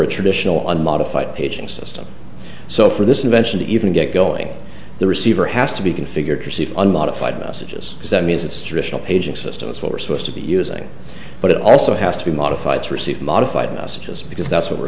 a traditional unmodified paging system so for this invention to even get going the receiver has to be configured to receive unmodified messages as that means its traditional paging system is what we're supposed to be using but it also has to be modified to receive modified messages because that's what we're